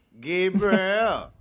Gabriel